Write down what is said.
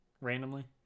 randomly